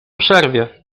przerwie